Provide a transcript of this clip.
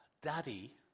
Daddy